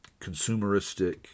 consumeristic